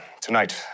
Tonight